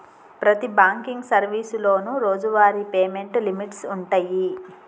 ప్రతి బాంకింగ్ సర్వీసులోనూ రోజువారీ పేమెంట్ లిమిట్స్ వుంటయ్యి